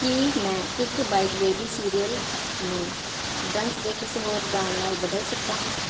ਕੀ ਮੈਂ ਇੱਕ bite baby cereal ਨੂੰ ਬੰਸ ਦੇ ਕਿਸੇ ਹੋਰ ਬ੍ਰਾਂਡ ਨਾਲ ਬਦਲ ਸਕਦਾ ਹਾਂ